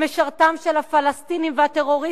היא משרתם של הפלסטינים והטרוריסטים,